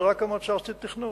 זה רק המועצה הארצית לתכנון.